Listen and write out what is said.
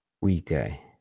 Weekday